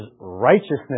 righteousness